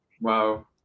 wow